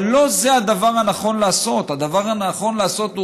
אבל לא זה הדבר הנכון לעשות: הדבר הנכון לעשות הוא